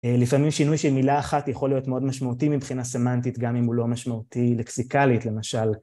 לפעמים שינוי של מילה אחת יכול להיות מאוד משמעותי מבחינה סמנטית, גם אם הוא לא משמעותי לקסיקלית למשל.